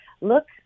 look